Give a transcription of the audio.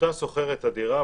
העמותה שוכרת את הדירה.